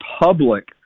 public